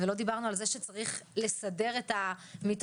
ולא דיברנו על זה שצריך לסדר את המיטות